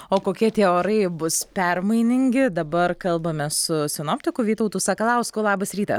o kokie tie orai bus permainingi dabar kalbame su sinoptiku vytautu sakalausku labas rytas